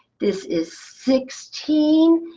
this is sixteen.